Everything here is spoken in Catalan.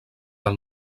del